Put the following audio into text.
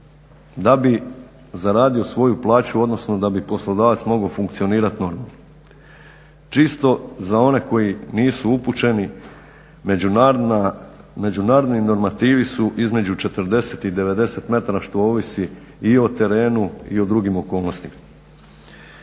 da bi zaradio svoju plaću odnosno da bi poslodavac mogao funkcionirati normalno. Čisto za one koji nisu upućeni međunarodni normativi su između 40 i 90 metara što ovisi i o terenu i o drugim okolnostima.